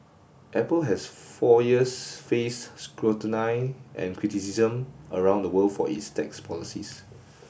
apple has for years faced scrutiny and criticism around the world for its tax policies